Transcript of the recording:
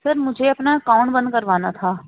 سر مجھے اپنا اکاؤنٹ بند کروانا تھا